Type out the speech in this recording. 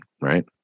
Right